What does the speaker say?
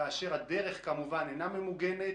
כאשר הדרך כמובן אינה ממוגנת